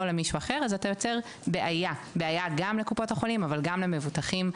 למישהו אחר אז אתה יוצר בעיה גם לקופות החולים אבל גם למבוטחים,